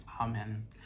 amen